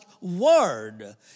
word